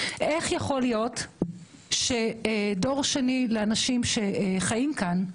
איך יכול להיות שדור שני לאנשים שחיים כאן,